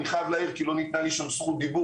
אני חייב להעיר על זה כי לא ניתנה לי שם זכות דיבור